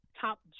top